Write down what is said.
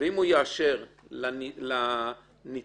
אני מזכירה, הוא עבריין עם הרשעה חלוטה - הנפגעת